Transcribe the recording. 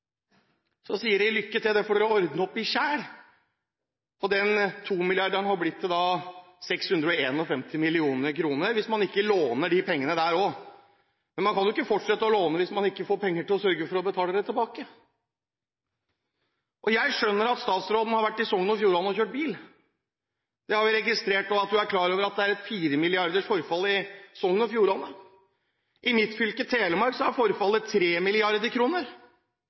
Så tar man bort den ordningen og sier at det får dere ikke lov til lenger. Det er jo flott. Det betyr at til fylkeskommunene, som nå har et forfall som er oppe i et sted mellom 45 og 75 mrd. kr, sier man: Lykke til, det får dere ordne opp i selv. Og de to milliardene er da blitt til 651 mill. kr, hvis man ikke låner de pengene også. Men man kan ikke fortsette å låne hvis man ikke får penger til å sørge for å betale det tilbake. Jeg skjønner at statsråden har vært i Sogn og Fjordane og kjørt bil. Vi har også registrert at